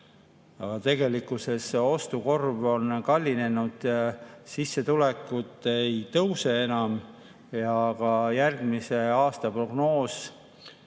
tegelikkuses ostukorv on kallinenud, sissetulekud ei tõuse enam ja ka järgmise aasta prognoos,